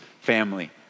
family